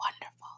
wonderful